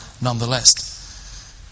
nonetheless